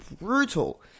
brutal